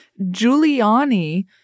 Giuliani